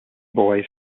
boys